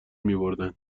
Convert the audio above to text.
میبردند